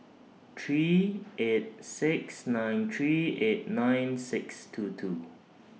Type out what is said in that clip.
three eight six nine three eight nine six two two